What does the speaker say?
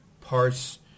parts